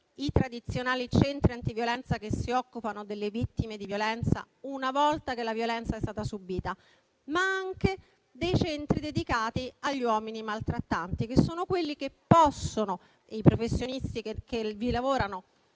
i tradizionali centri antiviolenza che si occupano delle vittime di violenza una volta che è stata subita, ma anche dei centri dedicati agli uomini maltrattanti, che sono quelli che - grazie ai professionisti che vi operano